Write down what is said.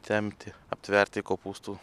tempti aptverti kopūstų